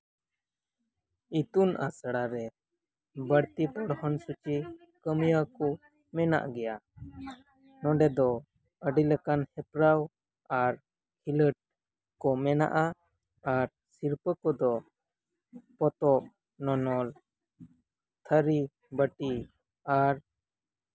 ᱤᱛᱩᱱ ᱟᱥᱲᱟ ᱨᱮ ᱵᱟᱹᱲᱛᱤ ᱯᱚᱲᱦᱚᱱ ᱥᱩᱪᱤ ᱠᱟᱹᱢᱭᱟᱹ ᱠᱚ ᱢᱮᱱᱟᱜ ᱜᱮᱭᱟ ᱱᱚᱰᱮ ᱫᱚ ᱟᱹᱰᱤ ᱞᱮᱠᱟᱱ ᱦᱮᱯᱨᱟᱣ ᱟᱨ ᱠᱷᱮᱞᱳᱰ ᱠᱚ ᱢᱮᱱᱟᱜᱼᱟ ᱟᱨ ᱥᱤᱨᱯᱟᱹ ᱠᱚᱫᱚ ᱯᱚᱛᱚᱵ ᱱᱚᱱᱚᱞ ᱛᱷᱟᱨᱤ ᱵᱟᱴᱤ ᱟᱨ